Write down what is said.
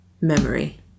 memory